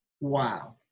wow